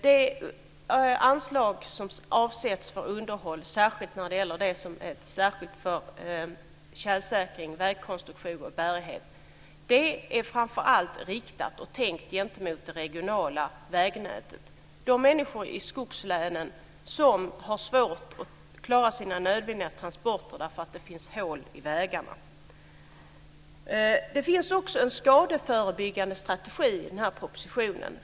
Det anslag som avsätts för underhåll, särskilt när det gäller tjälsäkring, vägkonstruktion och bärighet, är framför allt riktat mot och tänkt för det regionala vägnätet. Det gäller de människor i skogslänen som har svårt att klara sina nödvändiga transporter därför att det finns hål i vägarna. Det finns också en skadeförebyggande strategi i den här propositionen.